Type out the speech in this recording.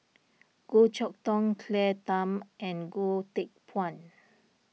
Goh Chok Tong Claire Tham and Goh Teck Phuan